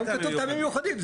היום כתוב טעמים מיוחדים.